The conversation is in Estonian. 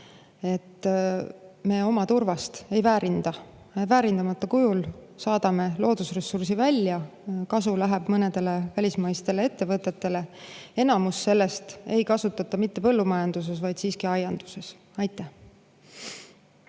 me oma turvast ei väärinda. Väärindamata kujul saadame loodusressursi välja, kasu läheb mõnedele välismaistele ettevõtetele. Enamikku sellest ei kasutata mitte põllumajanduses, vaid siiski aianduses. Aitäh,